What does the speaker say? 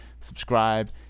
Subscribe